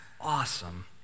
awesome